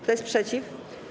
Kto jest przeciw?